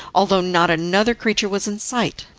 although not another creature was in sight.